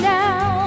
now